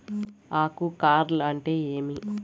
ఆకు కార్ల్ అంటే ఏమి?